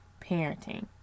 parenting